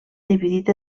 dividit